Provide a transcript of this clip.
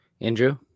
Andrew